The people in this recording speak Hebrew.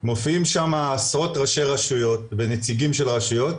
מופיעים שם עשרות ראשי רשויות ונציגים של רשויות,